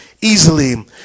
easily